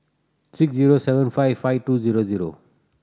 six zero seven five five two zero zero